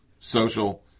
social